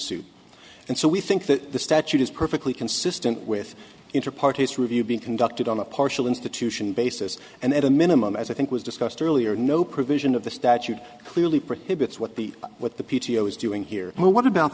suit and so we think that the statute is perfectly consistent with interparty its review being conducted on a partial institution basis and at a minimum as i think was discussed earlier no provision of the statute clearly prohibits what the what the p t o is doing here what about